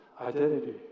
identity